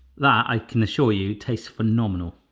that i can assure you tastes phenomenal.